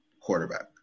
quarterback